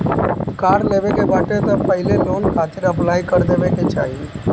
कार लेवे के बाटे तअ पहिले लोन खातिर अप्लाई कर देवे के चाही